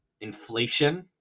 inflation